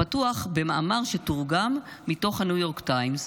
הפתוח במאמר שתורגם מתוך הניו יורק טיימס,